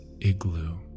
igloo